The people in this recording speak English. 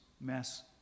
mess